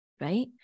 right